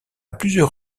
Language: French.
plusieurs